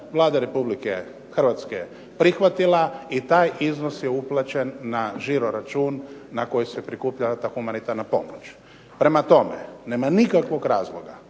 Vlada Republike Hrvatske je prihvatila i taj iznos je uplaćen na žiroračun na koji se prikupljala ta humanitarna pomoć. Prema tome, nema nikakvog razloga